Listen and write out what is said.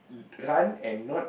run and not